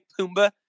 Pumbaa